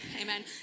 Amen